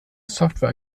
software